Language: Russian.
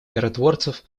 миротворцев